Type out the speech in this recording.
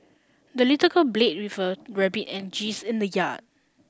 the little girl played with her rabbit and geese in the yard